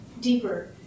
deeper